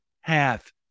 half